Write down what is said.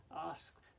ask